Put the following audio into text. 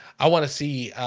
i want to see